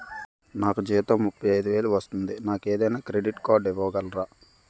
నాకు జీతం ముప్పై ఐదు వేలు వస్తుంది నాకు ఏదైనా క్రెడిట్ కార్డ్ ఇవ్వగలరా?